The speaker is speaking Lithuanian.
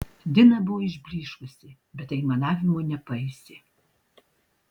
dina buvo išblyškusi bet aimanavimo nepaisė